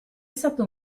stato